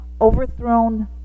overthrown